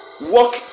Walk